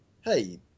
hey